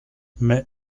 mais